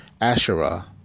Asherah